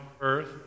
earth